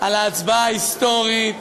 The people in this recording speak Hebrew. על ההצבעה ההיסטורית,